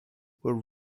were